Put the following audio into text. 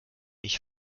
nicht